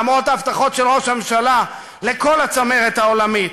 למרות ההבטחות של ראש הממשלה לכל הצמרת העולמית,